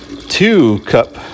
two-cup